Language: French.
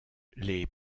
les